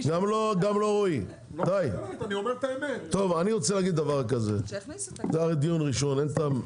זה דיון ראשון.